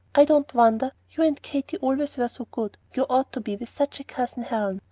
i don't wonder you and katy always were so good you ought to be with such a cousin helen.